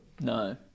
No